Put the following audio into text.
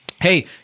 hey